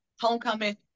homecoming